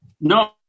no